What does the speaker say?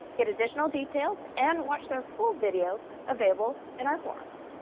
get additional details and watch their full video available in our forums.